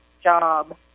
job